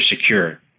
secure